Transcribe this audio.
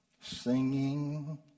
Singing